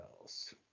else